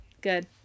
Good